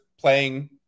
playing